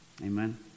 Amen